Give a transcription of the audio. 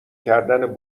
کردن